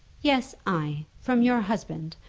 yes i from your husband,